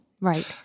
right